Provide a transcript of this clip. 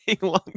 long